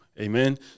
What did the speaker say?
Amen